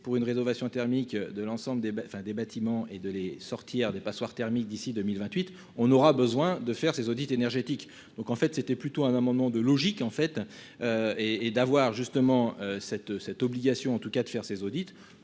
pour une rénovation thermique de l'ensemble des enfin des bâtiments et de les sortir des passoires thermiques d'ici 2028 on aura besoin de faire ces audits énergétiques, donc en fait c'était plutôt un amendement de logique en fait. Et, et d'avoir justement cette cette obligation en tout cas de faire ces audits